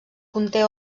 conté